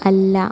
അല്ല